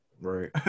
Right